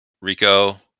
rico